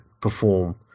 perform